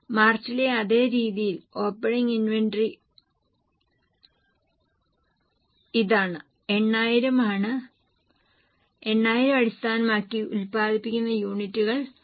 മാർച്ചിലെ അതേ രീതിയിൽ opening inventory ഇതാണ് 8000 ആണ് 8000 അടിസ്ഥാനമാക്കി ഉൽപ്പാദിപ്പിക്കുന്ന യൂണിറ്റുകൾ 17000